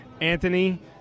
Anthony